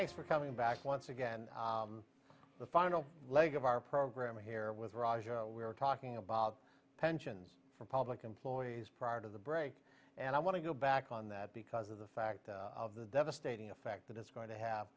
thanks for coming back once again the final leg of our program here with roger we were talking about pensions for public employees part of the break and i want to go back on that because of the fact of the devastating effect that it's going to have